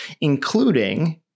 including